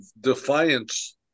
defiance